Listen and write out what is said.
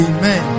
Amen